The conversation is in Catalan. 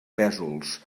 pèsols